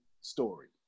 story